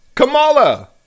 Kamala